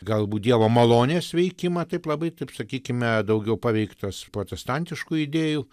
galbūt dievo malonės veikimą taip labai taip sakykime daugiau paveiktos protestantiškų idėjų